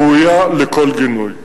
ראויה לכל גינוי.